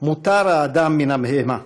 מותר האדם מן הבהמה.